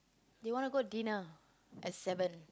they wanna go dinner at seven